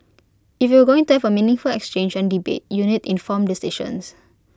if you're going to have A meaningful exchange and debate you need informed decisions